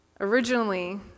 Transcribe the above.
Originally